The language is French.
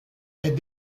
est